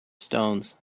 stones